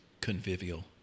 convivial